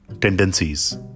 tendencies